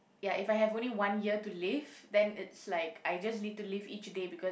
ya if I have only one year to live then it's like I just need to live each day because